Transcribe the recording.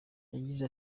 yagize